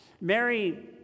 Mary